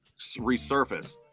resurface